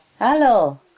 Hello